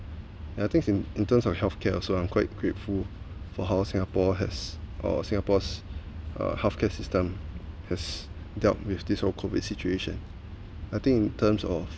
and I think in in terms of healthcare also I'm quite grateful for how well singapore has or singapore's healthcare system has dealt with this whole COVID situation I think in terms of